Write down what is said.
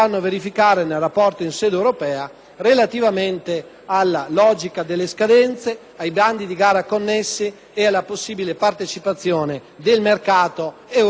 relativamente alla logica delle scadenze, ai bandi di gara connessi e alla possibile partecipazione del mercato europeo a questo tipo di gara.